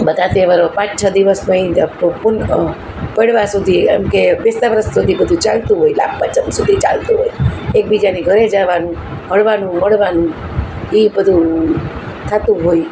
બધા તહેવારો પાંચ છ દિવસમાં એ પડવા સુધી એમ કે બેસતા વર્ષ સુધી બધુ ચાલતું હોય લાભ પાંચમ સુધી ચાલતું હોય એકબીજાની ઘરે જાવાનું હળવાનું મળવાનું એ બધું થાતું હોય